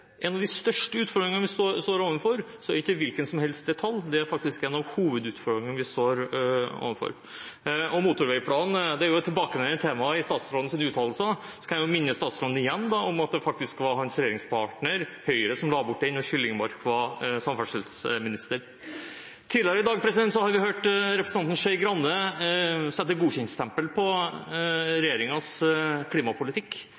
en av de største utfordringene vi står overfor, er det ikke hvilken som helst detalj. Det er faktisk en av hovedutfordringene vi står overfor. Motorveiplanen er et tilbakevendende tema i statsrådens uttalelser, og jeg kan jo igjen minne statsråden på at det faktisk var hans regjeringspartner, Høyre, som la bort den, og Kyllingmark var samferdselsminister. Tidligere i dag har vi hørt representanten Skei Grande sette godkjentstempel på regjeringens klimapolitikk.